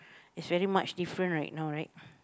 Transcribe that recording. is very much different right now right